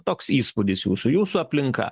toks įspūdis jūsų jūsų aplinka